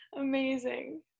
Amazing